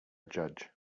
judge